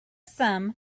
sum